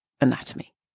anatomy